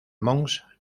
mons